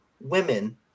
women